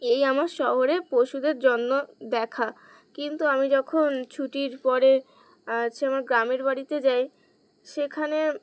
এই আমার শহরে পশুদের যত্ন দেখা কিন্তু আমি যখন ছুটির পরে হচ্ছে আমার গ্রামের বাড়িতে যাই সেখানে